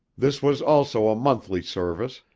this was also a monthly service,